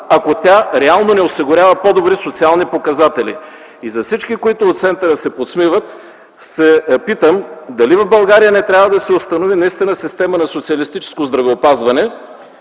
ако тя реално не осигурява по-добри социални показатели. (Шум и реплики.) И за всички, които от центъра се подсмиват, се питам дали в България не трябва да се установи наистина система на социалистическо здравеопазване